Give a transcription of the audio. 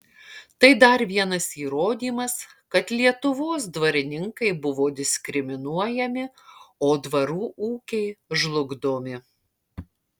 tai dar vienas įrodymas kad lietuvos dvarininkai buvo diskriminuojami o dvarų ūkiai žlugdomi